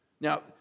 Now